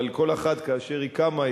אבל כל אחת כאשר היא קמה,